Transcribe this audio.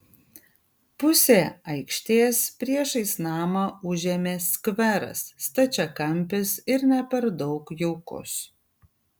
pusę aikštės priešais namą užėmė skveras stačiakampis ir ne per daug jaukus